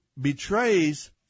betrays